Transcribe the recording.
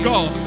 God